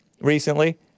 recently